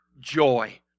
joy